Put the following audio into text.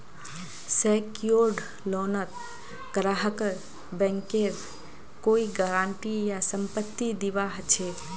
secured लोनत ग्राहकक बैंकेर कोई गारंटी या संपत्ति दीबा ह छेक